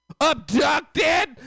abducted